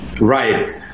Right